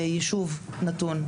ביישוב נתון,